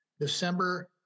December